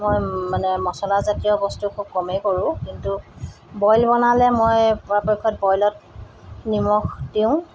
মই মানে মচলাজাতীয় বস্তু খুব কমেই কৰোঁ কিন্তু বইল বনালে মই পৰাপক্ষত বইলত নিমখ দিওঁ